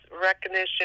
recognition